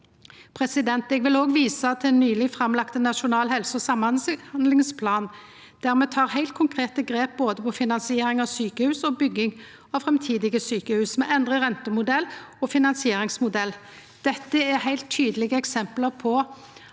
vedlikehald. Eg vil òg visa til den nyleg framlagde nasjonale helse- og samhandlingsplanen, der me tek heilt konkrete grep både for finansiering av sjukehus og for bygging av framtidige sjukehus. Me endrar rentemodell og finansieringsmodell. Dette er heilt tydelege eksempel på